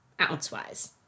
Ounce-wise